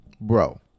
Bro